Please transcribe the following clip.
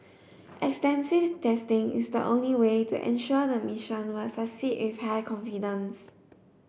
extensive testing is the only way to ensure the mission will succeed if high confidence